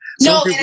No